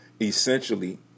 essentially